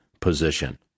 position